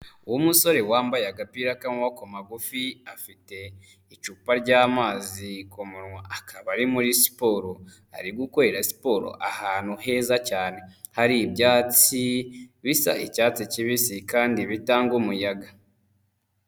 Uwo musore wambaye agapira k'amaboko magufi, afite icupa ry'amazi ku munwa, akaba ari muri siporo, ari gukorera siporo ahantu heza cyane, hari ibyatsi bisa icyatsi kibisi kandi bitanga umuyaga.